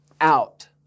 out